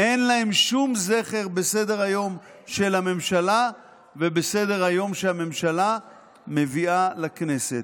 אין להם שום זכר בסדר-היום של הממשלה ובסדר-היום שהממשלה מביאה לכנסת,